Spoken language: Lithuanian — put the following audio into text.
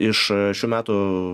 iš šių metų